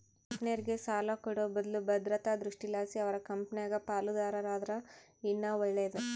ಕಂಪೆನೇರ್ಗೆ ಸಾಲ ಕೊಡೋ ಬದ್ಲು ಭದ್ರತಾ ದೃಷ್ಟಿಲಾಸಿ ಅವರ ಕಂಪೆನಾಗ ಪಾಲುದಾರರಾದರ ಇನ್ನ ಒಳ್ಳೇದು